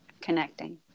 connecting